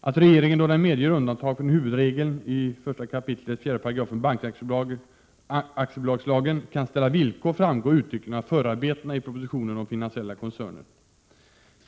Att regeringen, då den medger undantag från huvudregeln i 1 kap. 4 § bankaktiebolagslagen, kan ställa villkor framgår uttryckligen av förarbetena, proposition 1986/87:149 om finansiella koncerner m.m.